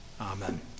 Amen